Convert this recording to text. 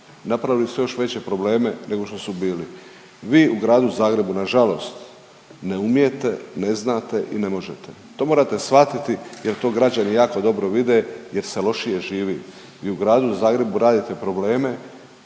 Napravili su još veće probleme nego što su bili. Vi u Gradu Zagrebu nažalost ne umijete i ne znate i ne možete. To morate shvatiti jer to građani jako dobro vide jer se lošije živi u gradu Zagrebu radite probleme,